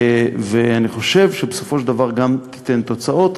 ואני חושב שבסופו של דבר גם תיתן תוצאות,